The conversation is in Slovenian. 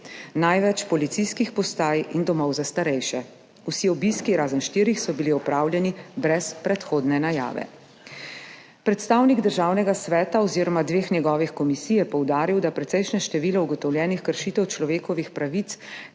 največ policijskih postaj in domov za starejše. Vsi obiski, razen štirih, so bili opravljeni brez predhodne najave. Predstavnik Državnega sveta oziroma dveh njegovih komisij je poudaril, da precejšnje število ugotovljenih kršitev človekovih pravic